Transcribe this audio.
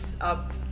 up